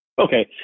Okay